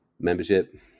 membership